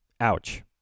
Ouch